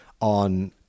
on